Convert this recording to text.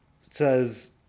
says